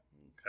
Okay